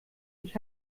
ich